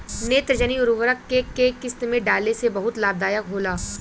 नेत्रजनीय उर्वरक के केय किस्त में डाले से बहुत लाभदायक होला?